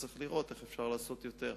וצריך לראות איך אפשר לעשות יותר.